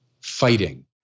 fighting